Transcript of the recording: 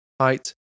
height